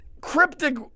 cryptic